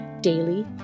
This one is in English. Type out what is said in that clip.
daily